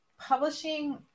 publishing